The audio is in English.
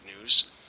news